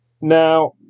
Now